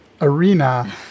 arena